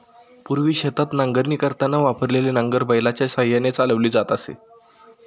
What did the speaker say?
पूर्वी शेतात नांगरणी करताना वापरलेले नांगर बैलाच्या साहाय्याने चालवली जात असे